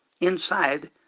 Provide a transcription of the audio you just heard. inside